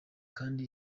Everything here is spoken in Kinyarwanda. kandi